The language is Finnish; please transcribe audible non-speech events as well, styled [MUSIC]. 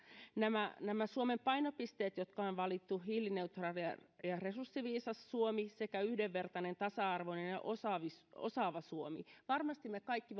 nämä nämä suomen painopisteet jotka on valittu hiilineutraali ja ja resurssiviisas suomi sekä yhdenvertainen tasa arvoinen ja osaava osaava suomi varmasti me kaikki [UNINTELLIGIBLE]